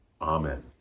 Amen